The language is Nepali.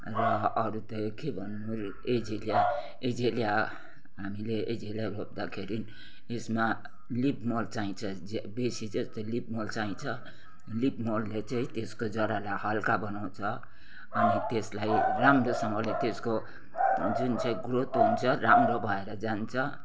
र अरू त के भन्नु एजेलिया एजेलिया हामीले एजेलिया रोप्दाखेरि यसमा लिफ मल चाहिन्छ ज्यो बेसी जस्तो लिप मल चाहिन्छ लिफ मलले चाहिँ त्यसको जरालाई हल्का बनाउँछ अनि त्यसलाई राम्रोसँगले त्यसको जुन चाहिँ ग्रोथ हुन्छ राम्रो भएर जान्छ